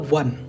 one